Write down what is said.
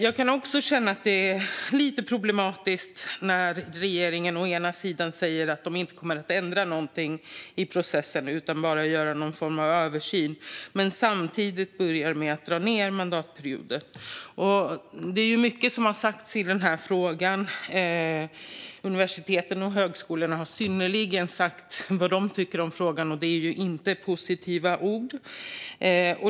Jag kan också känna att det är lite problematiskt när regeringen först säger att man inte kommer att ändra någonting i processen utan bara ska göra en översyn men samtidigt börjar med att förkorta mandatperioden. Det är ju mycket som har sagts i den här frågan. Universiteten och högskolorna har tydligt sagt vad de tycker om frågan, och det är inte positiva ord.